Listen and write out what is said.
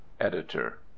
editor